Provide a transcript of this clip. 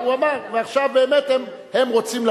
לא, אבל קדימה מגישה אי-אמון, אני רוצה להצביע